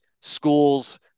schools